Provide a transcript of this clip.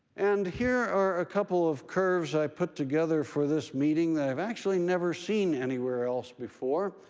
and here are a couple of curves i put together for this meeting that i've actually never seen anywhere else before,